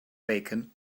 bacon